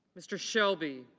mr. shelby.